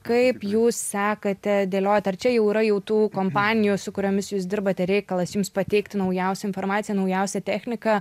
kaip jūs sekate dėliojat ar čia jau yra jau tų kompanijų su kuriomis jūs dirbate reikalas jums pateikti naujausią informaciją naujausią techniką